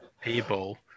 people